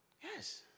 Yes